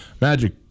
Magic